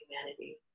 humanity